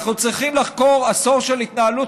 אנחנו צריכים לחקור עשור של התנהלות